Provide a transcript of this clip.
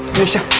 nisha.